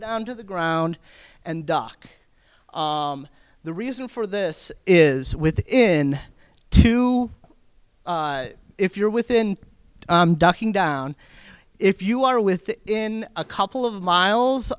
down to the ground and duck the reason for this is within two if you're within ducking down if you are within a couple of miles